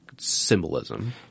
Symbolism